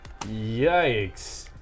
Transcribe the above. Yikes